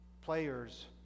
Players